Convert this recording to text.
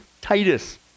Titus